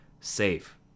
safe